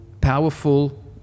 powerful